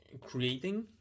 creating